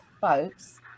folks